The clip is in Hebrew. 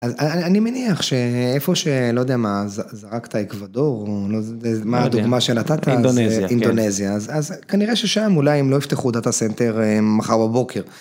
אז אני מניח שאיפה שלא יודע מה, זרקת אקוודור או לא יודע מה הדוגמה שנתת. אינדונזיה. אינדונזיה.. אז כנראה ששם אולי הם לא יפתחו דאטה סנטר מחר בבוקר.